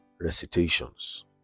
recitations